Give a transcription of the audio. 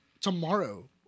tomorrow